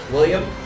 William